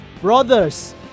Brothers